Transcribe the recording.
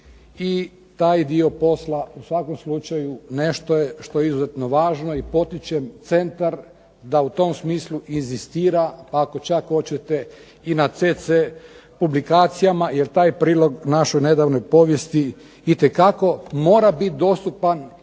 i taj dio posla u svakom slučaju nešto je što je izuzetno važno i potičem Centar da u tom smislu inzistira, ako čak hoćete i na CC publikacijama, jer taj prilog našoj nedavnoj povijesti itekako mora biti dostupan